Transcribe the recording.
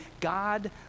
God